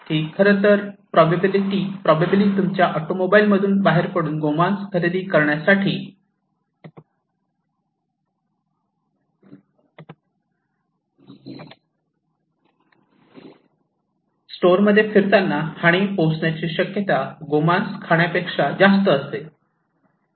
"खरं तर प्रोबॅबिलि तुमच्या ऑटोमोबाईलमधून बाहेर पडून गोमांस खरेदी करण्यासाठी स्टोअरमध्ये फिरताना हानी पोहोचण्याची शक्यता गोमांस खाण्यापेक्षा जास्त असेल